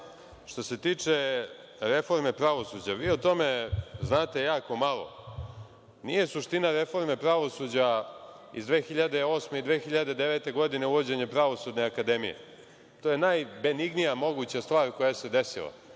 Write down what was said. Što se tiče reforme pravosuđa, vi o tome znate jako malo. Nije suština reforme pravosuđa iz 2008. i 2009. godine uvođenje Pravosudne akademije. To je najbenignija moguća stvar koja se desila.